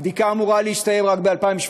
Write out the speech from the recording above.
הבדיקה אמורה להסתיים רק ב-2017,